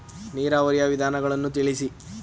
ನೀರಾವರಿಯ ವಿಧಾನಗಳನ್ನು ತಿಳಿಸಿ?